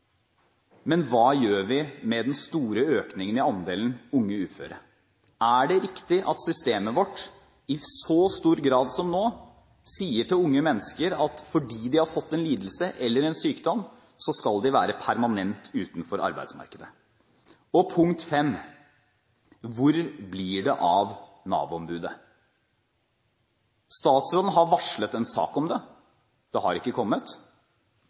men hva gjør vi med den store økningen i andelen unge uføre? Er det riktig at systemet vårt i så stor grad som nå sier til unge mennesker at fordi de har fått en lidelse eller en sykdom, skal de være permanent utenfor arbeidsmarkedet? Punkt 5: Hvor blir det av Nav-ombudet? Statsråden har varslet en sak om det. Den har ikke kommet.